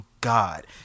God